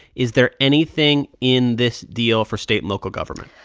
is there anything in this deal for state and local government?